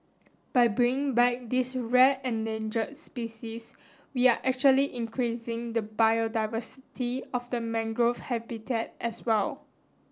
by bringing back this rare endangered species we are actually increasing the biodiversity of the mangrove habitat as well